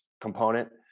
component